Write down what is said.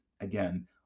again